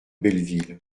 belleville